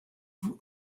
vous